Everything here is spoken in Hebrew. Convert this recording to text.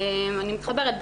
אני מתחברת,